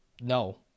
no